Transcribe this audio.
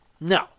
No